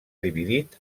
dividit